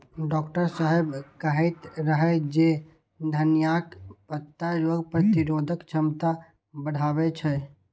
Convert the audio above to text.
doctor साहेब कहैत रहै जे धनियाक पत्ता रोग प्रतिरोधक क्षमता बढ़बै छै